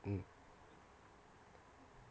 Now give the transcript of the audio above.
mm